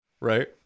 right